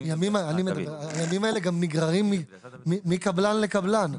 הימים האלה גם נגררים מקבלן לקבלן.